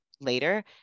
later